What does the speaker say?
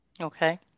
Okay